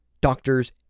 doctors